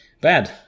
bad